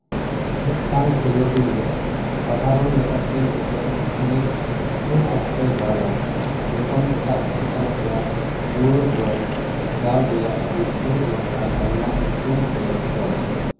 ᱢᱤᱫᱴᱟᱱ ᱠᱷᱮᱞᱚᱸᱰᱤᱭᱟᱹ ᱥᱟᱫᱷᱟᱨᱚᱱ ᱞᱮᱠᱟᱛᱮ ᱢᱤᱫᱴᱮᱱ ᱥᱢᱮᱥ ᱩᱱ ᱚᱠᱛᱚᱭ ᱫᱟᱞᱟ ᱡᱚᱞᱷᱚᱱ ᱮᱴᱟᱜ ᱯᱟᱦᱴᱟ ᱠᱚᱣᱟᱜ ᱨᱩᱣᱟᱹᱲ ᱵᱚᱞ ᱡᱟᱞ ᱨᱮᱭᱟᱜ ᱟᱹᱰᱤ ᱥᱩᱨ ᱵᱟᱝᱠᱷᱟᱱ ᱟᱭᱢᱟ ᱩᱥᱩᱞ ᱛᱮᱭ ᱫᱚᱱᱟ